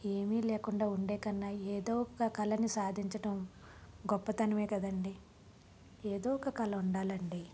ఏమి లేకుండా ఉండే కన్నా ఏదో ఒక కళను సాధించడం గొప్పతనం కదండీ ఏదో ఒక కళ ఉండాలి అండి